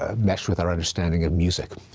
ah mesh with our understanding of music?